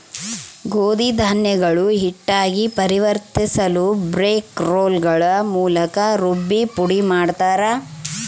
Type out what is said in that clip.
ಗೋಧಿ ಧಾನ್ಯಗಳು ಹಿಟ್ಟಾಗಿ ಪರಿವರ್ತಿಸಲುಬ್ರೇಕ್ ರೋಲ್ಗಳ ಮೂಲಕ ರುಬ್ಬಿ ಪುಡಿಮಾಡುತ್ತಾರೆ